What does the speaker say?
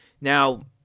Now